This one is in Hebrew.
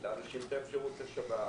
לתת לאנשים את האפשרות לשווה,